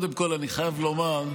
מההתחלה.